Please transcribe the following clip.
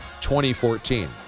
2014